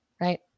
right